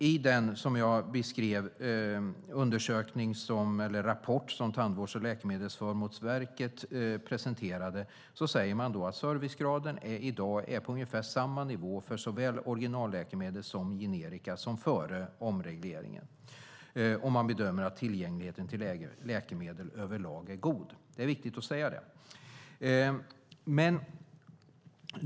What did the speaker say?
I den rapport som jag beskrev, som Tandvårds och läkemedelsförmånsverket presenterade, säger man att servicegraden i dag är på ungefär samma nivå för såväl originalläkemedel som generika som den var före omregleringen. Man bedömer att tillgängligheten till läkemedel över lag är god. Det är viktigt att säga det.